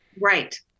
Right